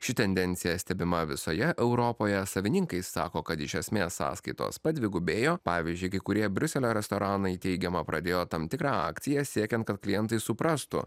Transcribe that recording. ši tendencija stebima visoje europoje savininkai sako kad iš esmės sąskaitos padvigubėjo pavyzdžiui kai kurie briuselio restoranai teigiama pradėjo tam tikrą akciją siekiant kad klientai suprastų